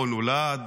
פה נולד,